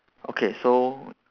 okay so